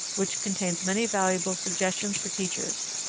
which contains many valuable suggestions for teachers.